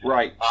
Right